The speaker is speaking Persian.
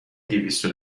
دویست